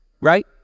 right